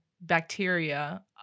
bacteria